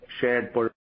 shared